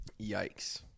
yikes